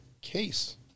case